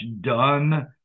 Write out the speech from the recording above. done